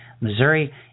Missouri